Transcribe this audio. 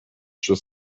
she